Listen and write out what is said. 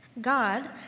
God